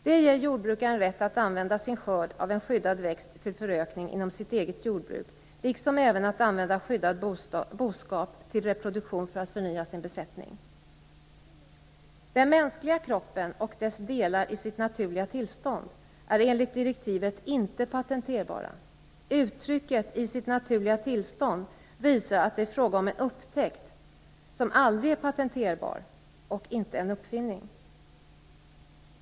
Det ger jordbrukaren rätt att använda sin skörd av en skyddad växt till förökning inom sitt eget jordbruk liksom även att använda skyddad boskap till reproduktion för att förnya sin besättning. Den mänskliga kroppen och dess delar i sitt naturliga tillstånd är enligt direktivet inte patenterbara. Uttrycket "i sitt naturliga tillstånd" visar att det är fråga om en upptäckt - som aldrig är patenterbar - och inte en uppfinning.